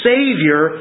Savior